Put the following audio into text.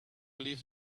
live